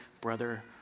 brother